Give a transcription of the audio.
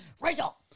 Rachel